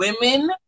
women